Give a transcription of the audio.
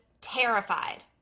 terrified